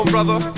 brother